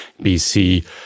BC